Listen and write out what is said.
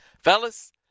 Fellas